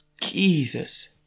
Jesus